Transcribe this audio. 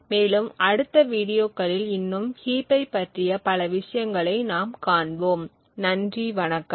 மேலும் அடுத்த வீடியோக்களில் இன்னும் ஹீப்பை பற்றிய பல விஷயங்களை நாம் காண்போம் நன்றி வணக்கம்